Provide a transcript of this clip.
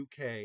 UK